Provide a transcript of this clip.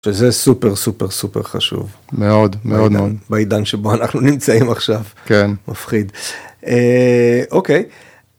וזה סופר סופר סופר חשוב - מאוד מאוד מאוד - בעידן שבו אנחנו נמצאים עכשיו כן מפחיד אוקיי.